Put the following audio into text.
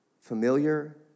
familiar